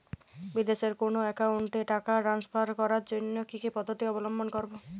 বিদেশের কোনো অ্যাকাউন্টে টাকা ট্রান্সফার করার জন্য কী কী পদ্ধতি অবলম্বন করব?